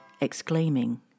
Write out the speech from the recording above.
exclaiming